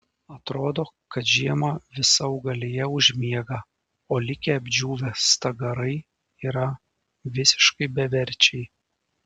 atrodo kad žiemą visa augalija užmiega o likę apdžiūvę stagarai yra visiškai beverčiai